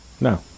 no